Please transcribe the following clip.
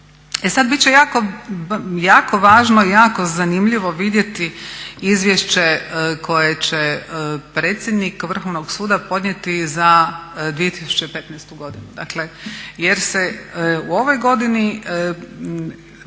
E sada biti će jako, jako važno i jako zanimljivo vidjeti izvješće koje će predsjednik Vrhovnog suda podnijeti za 2015. godinu.